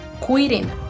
quitting